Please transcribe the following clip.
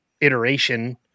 iteration